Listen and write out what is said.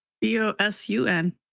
B-O-S-U-N